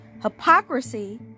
hypocrisy